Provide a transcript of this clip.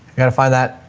got to find that.